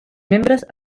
membres